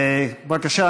בבקשה,